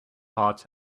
hot